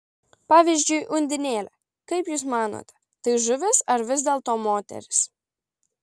pavyzdžiui undinėlė kaip jūs manote tai žuvis ar vis dėlto moteris